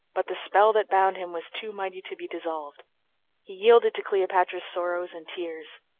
but the spell that bound him was too mighty to be dissolved. he yielded to cleopatra's sorrows and tears.